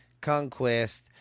conquest